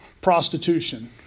prostitution